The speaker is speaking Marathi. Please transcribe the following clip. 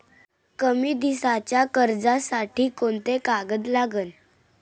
कमी दिसाच्या कर्जासाठी कोंते कागद लागन?